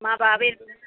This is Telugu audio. మా బాబు ఇందులోనేనండి